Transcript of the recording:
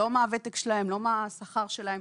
לא מה הוותק שלהם ולא מה השכר שלהם,